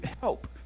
help